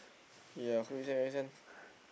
ya